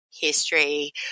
history